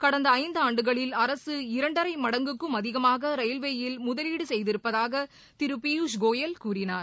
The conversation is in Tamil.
கடந்த ஐந்தாண்டுகளில் அரசு இரண்டரை மடங்குக்கும் அதிகமாக ரயில்வேயில் முதலீடு செய்திருப்பதாக திரு பியூஷ்கோயல் கூறினார்